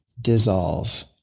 dissolve